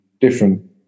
different